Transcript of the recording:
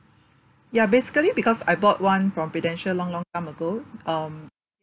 ya basically because I bought one from prudential long long time ago um